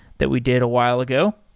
that we did a while ago.